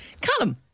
Callum